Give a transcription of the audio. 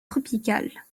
tropical